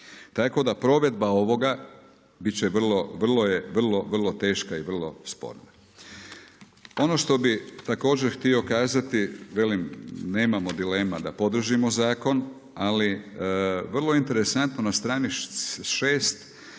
Tako da provedba ovoga, biti će vrlo, vrlo teška i vrlo spora. Ono što bi također htio kazati, velim, nemamo dilema da podržimo zakon, ali vrlo interesantno na strani 6